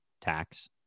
tax